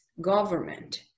government